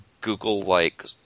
Google-like